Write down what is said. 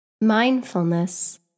Mindfulness